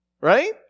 right